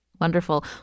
Wonderful